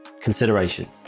consideration